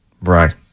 Right